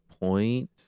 point